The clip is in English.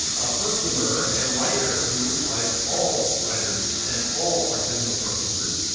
ah perfumer and writer who, like all writers and all artisanal perfumers,